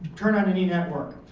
turn on any network.